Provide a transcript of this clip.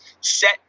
set